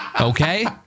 Okay